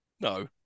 No